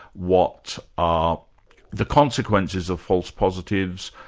what are the consequences of false positives,